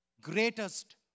greatest